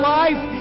life